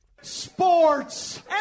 Sports